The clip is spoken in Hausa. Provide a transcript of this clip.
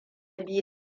biyu